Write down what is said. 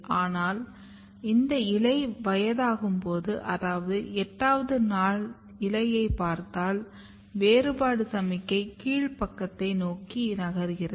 ஆனால் இந்த இலை வயதாகும்போது அதாவது 8வது நாள் இலையைப் பார்த்தால் வேறுபாடு சமிக்ஞை கீழ் பக்கத்தை நோக்கி நகர்கிறது